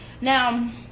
now